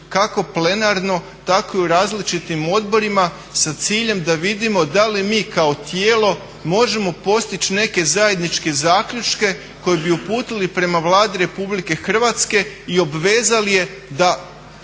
kako plenarno tako i u različitim odborima sa ciljem da vidimo da li mi kao tijelo možemo postići neke zajedničke zaključke koje bi uputili prema Vladi RH i obvezali je da neke